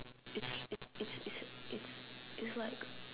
it's it's it's it's it's it's like